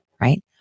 right